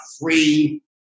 free